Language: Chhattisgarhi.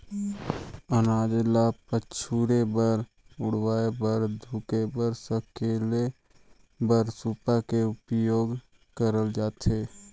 अनाज ल पछुरे बर, उड़वाए बर, धुके बर, सकेले बर सूपा का उपियोग करल जाथे